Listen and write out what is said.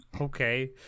Okay